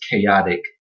chaotic